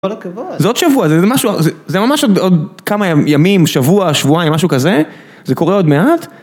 זה עוד שבוע, זה ממש עוד כמה ימים, שבוע, שבועיים, משהו כזה, זה קורה עוד מעט.